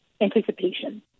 anticipation